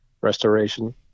restoration